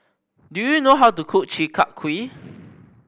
do you know how to cook Chi Kak Kuih